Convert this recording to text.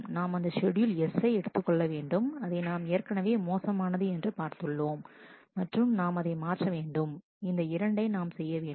நாம் அந்த schedule S யை எடுத்துக்கொள்ள வேண்டும் அதை நாம் ஏற்கனவே மோசமானது என்று பார்த்துள்ளோம் மற்றும் நாம் அதை மாற்ற வேண்டும் இந்த இரண்டை நாம் செய்ய வேண்டும் முதலில்W2 பின்னர்W1